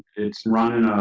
it's running. ah,